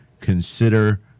consider